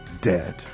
dead